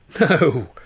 No